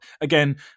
Again